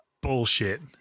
Bullshit